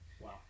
Wow